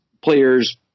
players